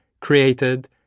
created